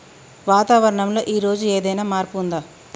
వాతావరణం లో ఈ రోజు ఏదైనా మార్పు ఉందా?